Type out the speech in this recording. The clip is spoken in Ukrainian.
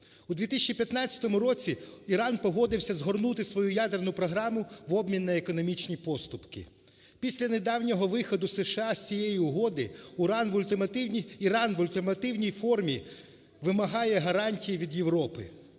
У 2015 році Іран погодився згорнути свою ядерну програму в обмін на економічні поступки. Після недавнього виходу США з цієї угоди Іран в ультимативній формі вимагає гарантії від Європи,